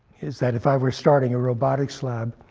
is that, if i were starting a robotics lab,